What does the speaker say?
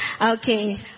Okay